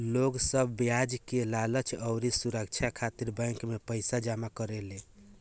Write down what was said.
लोग सब ब्याज के लालच अउरी सुरछा खातिर बैंक मे पईसा जमा करेले